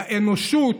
לאנושות,